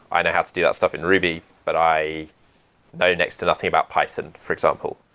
i know how to do that stuff in ruby, but i know next to nothing about python, for example.